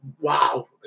wow